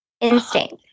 instinct